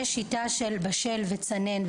יש שיטה של בשל וצנן,